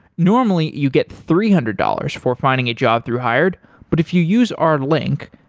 normally you get three hundred dollars for finding a job through hired but if you use our link,